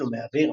ולתצלומי אוויר.